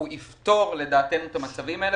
הוא יפתור לדעתנו את המצבים האלה,